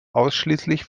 ausschließlich